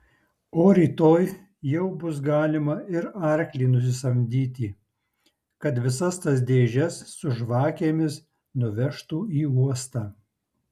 o rytoj jau bus galima ir arklį nusisamdyti kad visas tas dėžes su žvakėmis nuvežtų į uostą